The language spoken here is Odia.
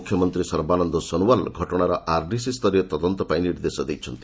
ମୁଖ୍ୟମନ୍ତ୍ରୀ ସର୍ବାନନ୍ଦ ସୋନୁୱାଲ୍ ଘଟଣାର ଆର୍ଡିସିସ୍ତରୀୟ ତଦନ୍ତପାଇଁ ନିର୍ଦ୍ଦେଶ ଦେଇଛନ୍ତି